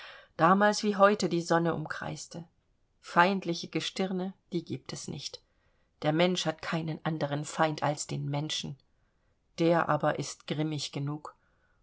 damals wie heute die sonne umkreiste feindliche gestirne die gibt es nicht der mensch hat keinen anderen feind als den menschen der aber ist grimmig genug